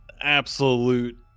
absolute